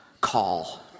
call